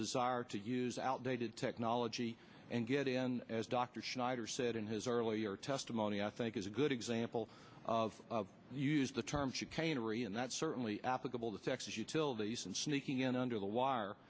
desire to use outdated technology and get in as dr schneider said in his earlier testimony i think is a good example of use the term and that's certainly applicable to texas utilities and sneaking in under the wire